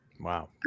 Wow